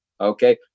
Okay